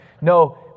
No